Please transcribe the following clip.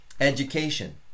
education